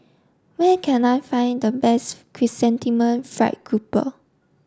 where can I find the best Chrysanthemum Fried Grouper